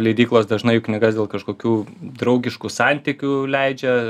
leidyklos dažnai jų knygas dėl kažkokių draugiškų santykių leidžia